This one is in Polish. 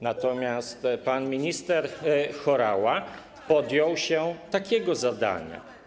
Natomiast pan minister Horała podjął się takiego zadania.